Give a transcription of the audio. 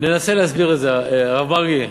ננסה להסביר את זה, הרב מרגי,